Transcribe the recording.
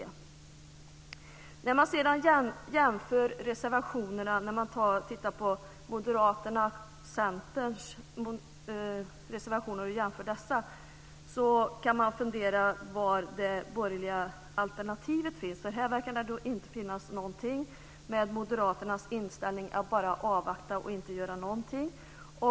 När man tittar på Moderaternas och Centerns reservationer och jämför dessa kan man fundera på var det borgerliga alternativet finns. Här verkar det inte finnas. Moderaternas inställning är att bara avvakta och inte göra någonting.